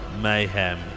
Mayhem